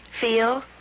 feel